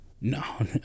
No